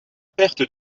perte